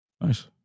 Nice